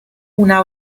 una